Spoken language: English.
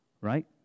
right